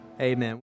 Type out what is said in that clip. Amen